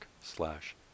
slash